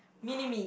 mini me